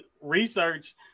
research